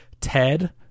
Ted